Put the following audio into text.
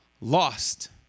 lost